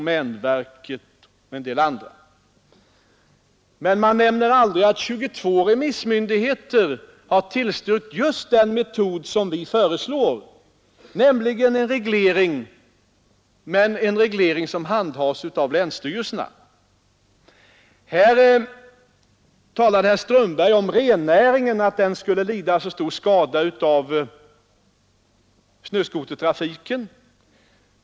Men det sägs ingenting om att 22 remissmyndigheter har tillstyrkt just den metod som vi föreslår, nämligen en reglering som handhas av länsstyrelserna. Herr Strömberg talade om att rennäringen skulle lida stor skada av snöskotertrafiken.